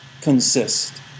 consist